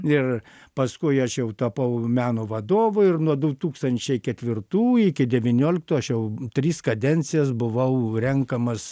ir paskui aš jau tapau meno vadovu ir nuo du tūkstančiai ketvirtų iki devynioliktų aš jau tris kadencijas buvau renkamas